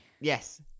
Yes